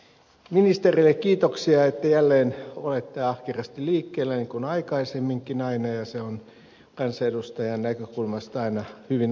ministerille kiitoksia että jälleen olette ahkerasti liikkeellä niin kuin aikaisemminkin aina ja se on kansanedustajan näkökulmasta aina hyvin arvokasta